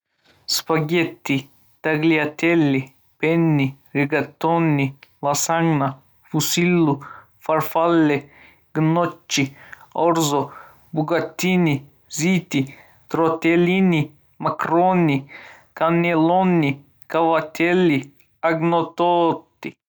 Spagetti, tagliatelle, penne, rigatoni, lasagna, fusilli, farfalle, gnocchi, orzo, bucatini, ziti, tortellini, macaroni, cannelloni, cavatelli, agnototi.